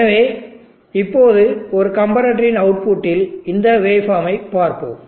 எனவே இப்போது கம்பரட்டரின் அவுட்புட்டில் இந்த வேவ் ஃபார்மை பார்ப்போம்